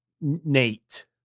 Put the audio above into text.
Nate